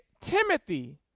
Timothy